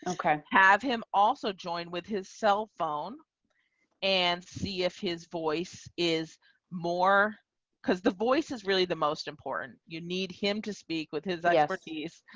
okay, have him also join with his cell phone and see if his voice is more because the voice is really the most important you need him to speak with his ah keys.